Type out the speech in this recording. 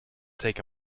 take